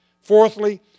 Fourthly